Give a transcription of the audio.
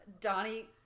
Donnie